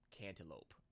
cantaloupe